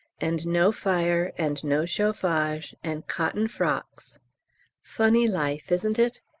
and no fire and no chauffage, and cotton frocks funny life, isn't it?